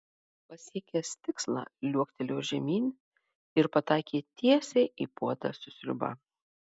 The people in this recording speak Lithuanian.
pasiekęs tikslą liuoktelėjo žemyn ir pataikė tiesiai į puodą su sriuba